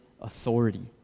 authority